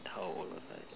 how old was I